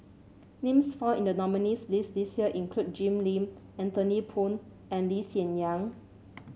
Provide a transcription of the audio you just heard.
names found in the nominees' list this year include Jim Lim Anthony Poon and Lee Hsien Yang